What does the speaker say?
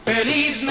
Feliz